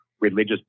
religious